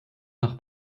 nach